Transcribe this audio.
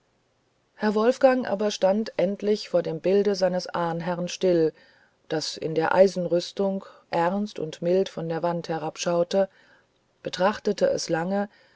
herr wolfgang aber stand endlich vor dem bilde seines ahnherrn still das in der eisenrüstung ernst und mild von der wand herabschaute betrachtete es lange